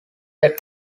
that